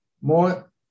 More